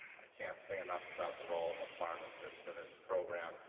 i can't say enough about the role of a pharmacist in this program.